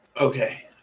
Okay